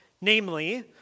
Namely